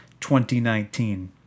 2019